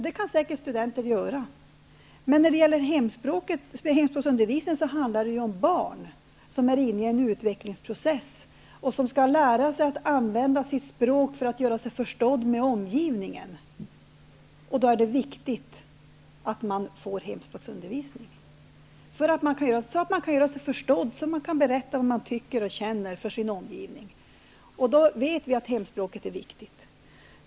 Det stämmer säkert, men i fråga om hemspråksundervisningen handlar det ju om barn som är inne i en utvecklingsprocess och som skall lära sig att använda sitt språk för att göra sig förstådda med omgivningen. Då är det viktigt att barn får hemspråksundervisning, så att de kan göra sig förstådda och berätta vad de tycker och känner. Vi vet att hemspråket är viktigt.